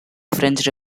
french